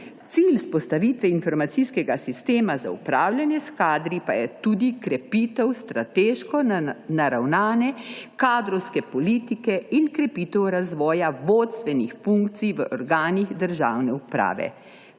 Cilj vzpostavitve informacijskega sistema za upravljanje s kadri pa je tudi krepitev strateško naravnane kadrovske politike in krepitev razvoja vodstvenih funkcij v organih državne uprave,